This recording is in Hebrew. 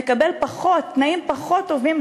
הוא מקבל תנאים פחות טובים,